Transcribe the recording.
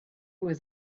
was